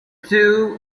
two